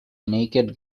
naked